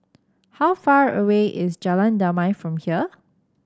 how far away is Jalan Damai from here